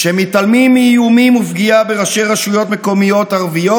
כשמתעלמים מאיומים ופגיעה בראשי רשויות מקומיות ערביות,